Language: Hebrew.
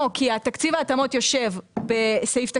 לא, כי תקציב ההתאמות יושב בסעיף תקציבי,